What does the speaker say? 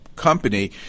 Company